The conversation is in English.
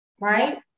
right